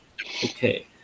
Okay